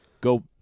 go